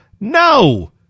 No